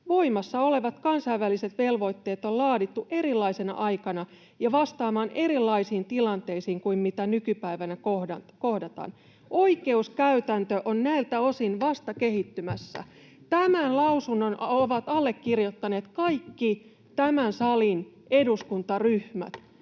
Voimassa olevat kansainväliset velvoitteet on laadittu erilaisena aikana ja vastaamaan erilaisiin tilanteisiin kuin mitä nykypäivänä kohdataan. Oikeuskäytäntö on näiltä osin vasta kehittymässä.” Tämän lausunnon ovat allekirjoittaneet kaikki tämän salin eduskuntaryhmät,